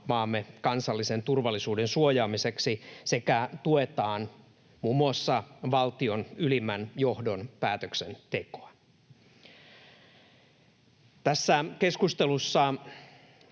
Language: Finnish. maamme kansallisen turvallisuuden suojaamiseksi sekä tuetaan muun muassa valtion ylimmän johdon päätöksentekoa. Tässä keskustelussa